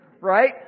right